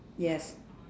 yes